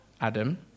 Adam